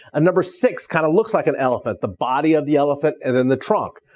a number six kind of looks like an elephant, the body of the elephant and then the trunk.